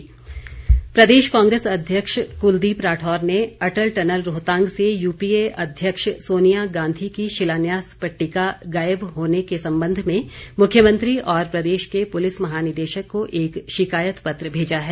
राठौर प्रदेश कांग्रेस अध्यक्ष कलदीप राठौर ने अटल टनल रोहतांग से यूपीए अध्यक्ष सोनिया गांधी की शिलान्यास पटिटका गायब होने के संबंध में मुख्यमंत्री और प्रदेश के पुलिस महानिदेशक को एक शिकायत पत्र भेजा है